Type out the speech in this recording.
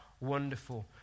Wonderful